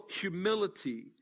humility